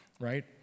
right